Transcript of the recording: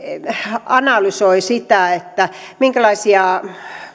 analysoi sitä minkälaisia